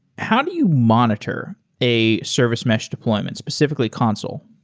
how do you monitor a service mesh deployment? specifically consul?